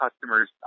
customers